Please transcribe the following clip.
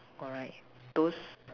correct those